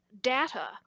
data